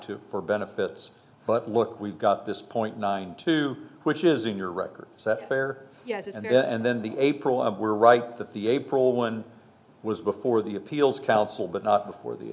too for benefits but look we've got this point nine two which is in your record set fair yes and then the april i were right that the april one was before the appeals council but not before the